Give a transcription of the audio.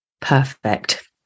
perfect